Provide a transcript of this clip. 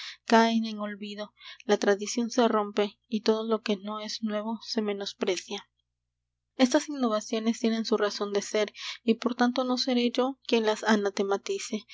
caen en olvido la tradición se rompe y todo lo que no es nuevo se menosprecia estas innovaciones tienen su razón de ser y por tanto no seré yo quien las